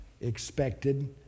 expected